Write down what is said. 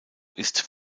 ist